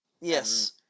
Yes